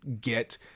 get